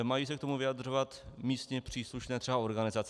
Mají se k tomu vyjadřovat místně příslušné třeba organizace.